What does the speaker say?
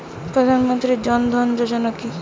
প্রধান মন্ত্রী জন ধন যোজনা কি?